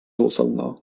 وصلنا